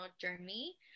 journey